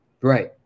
Right